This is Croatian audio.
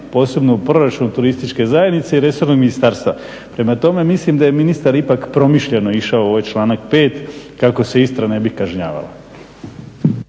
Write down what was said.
posebno u proračunu turističke zajednice i resornog ministarstva. Prema tome, mislim da je ministar ipak promišljeno išao u ovaj članak 5. kako se Istra ne bi kažnjavala.